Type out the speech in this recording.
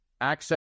access